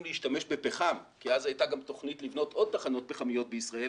להשתמש בפחם אז הייתה תוכנית לבנות עוד תחנות פחמיות בישראל